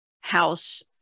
house